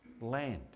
land